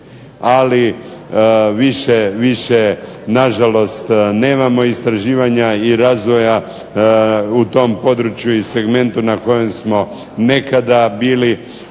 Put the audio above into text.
ali više nažalost nemamo istraživanja i razvoja u tom području i segmentu na kojem smo nekada bili